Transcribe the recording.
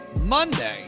Monday